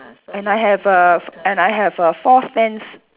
and I have err f~ and I have err four stands